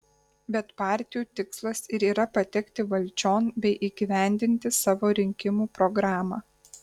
bet partijų tikslas ir yra patekti valdžion bei įgyvendinti savo rinkimų programą